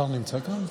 השר נמצא כאן?